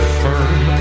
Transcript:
firm